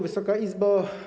Wysoka Izbo!